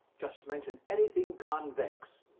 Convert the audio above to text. just mention anything convex.